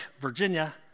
Virginia